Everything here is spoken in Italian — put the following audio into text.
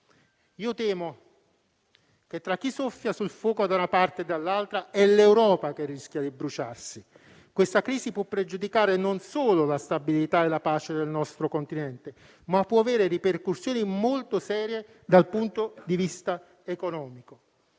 Io temo che, tra chi soffia sul fuoco da una parte e dall'altra, sia l'Europa a rischiare di bruciarsi. Questa crisi può pregiudicare non solo la stabilità e la pace del nostro continente, ma può anche avere ripercussioni molto serie dal punto di vista economico.